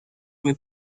joué